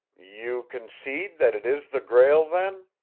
you concede that it is the grail then?